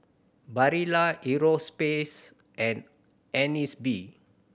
Barilla Europace and Agnes B